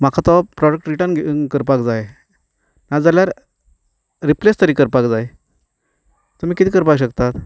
म्हाका तो product return गे करपाक जाय नाजाल्यार रिप्लेस तरी करपाक जाय तुमी कितें करपा शकतात